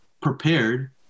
Prepared